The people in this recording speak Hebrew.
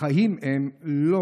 החיים הם לא